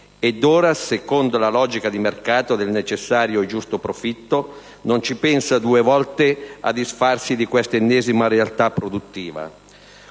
ed ora, secondo la «logica di mercato» del «necessario e giusto profitto», non ci pensa due volte a disfarsi di questa ennesima realtà produttiva.